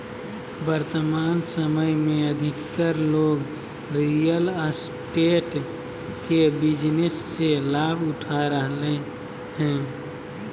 वर्तमान समय में अधिकतर लोग रियल एस्टेट के बिजनेस से लाभ उठा रहलय हइ